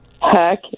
Heck